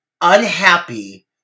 unhappy